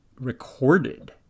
recorded